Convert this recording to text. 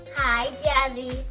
hi, jazzy.